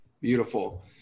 Beautiful